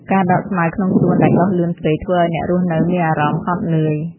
ការដកស្មៅក្នុងសួនដែលដុះលឿនពេក ធ្វើឱ្យអ្នករស់នៅមានអារម្មណ៍ហត់នឿយ។